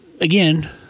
again